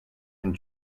and